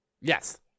Yes